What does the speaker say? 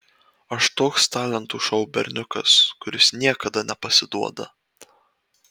aš toks talentų šou berniukas kuris niekada nepasiduoda